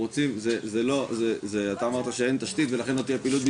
אתה אמרת שאין תשתית ולכן לא תהיה פעילות,